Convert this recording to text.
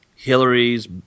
Hillary's